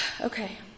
Okay